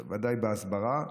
ודאי הסברה,